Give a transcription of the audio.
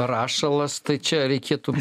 rašalas tai čia reikėtų